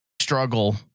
struggle